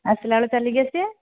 ଆସିଲା ବେଳେ ଚାଲିକି ଆସିବା